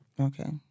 Okay